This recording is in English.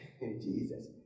Jesus